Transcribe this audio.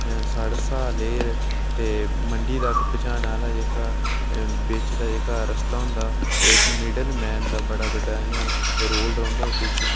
साढ़े सालेर ते मंडी तक पजाना आह्ला जेह्का बिच दा जेह्का रस्ता होंदा इक मिडल मैन दा बड़ा बड्डा इक इ'यां रोल रौंह्दा उदे च